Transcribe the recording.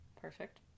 perfect